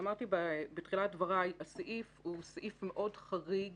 אמרתי בתחילת דבריי שהסעיף הוא סעיף מאוד חריג